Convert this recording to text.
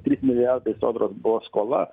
trys milijardai sodros buvo skola